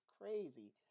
crazy